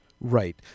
Right